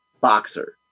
boxer